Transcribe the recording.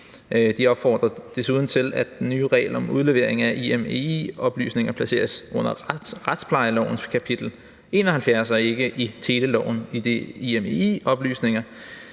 De opfordrer desuden til, at den nye regel om udlevering af IMEI-oplysninger placeres under retsplejelovens kapitel 71 og ikke i teleloven, idet IMEI-oplysninger